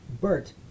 Bert